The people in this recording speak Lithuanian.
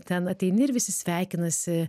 ten ateini ir visi sveikinasi